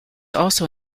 also